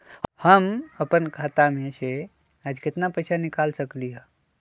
हम अपन खाता में से आज केतना पैसा निकाल सकलि ह?